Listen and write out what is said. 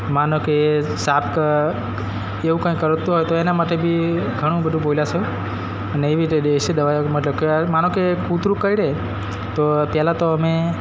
માનો કે સાપ કે એવું કાઈ કરડતું હોય તો એના માટે બી ઘણું બધું બોલ્યાસે અને એવી રીતે દેશી દવાઈઓ મતલબ કે માનો કે કૂતરું કરડે તો પેલા તો અમે